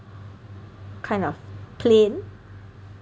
kind of plane